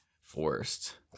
forced